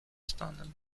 stanem